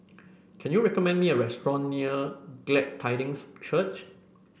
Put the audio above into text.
can you recommend me a restaurant near Glad Tidings Church